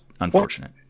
unfortunate